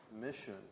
mission